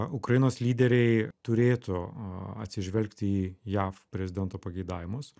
ukrainos lyderiai turėtų atsižvelgti į jav prezidento pageidavimus